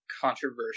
controversial